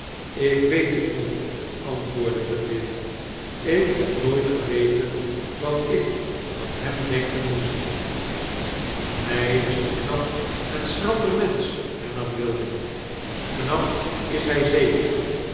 ik weet het niet antwoordde vendale ik heb nooit geweten wat ik van hem denken moest hij is een knap en schrander mensch hernam wilding knap is hij zeker